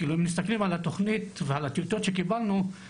אם מסתכלים על התוכנית ועל הטיוטות שקיבלנו,